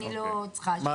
אני לא צריכה --- אוקיי.